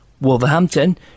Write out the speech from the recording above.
Wolverhampton